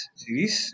series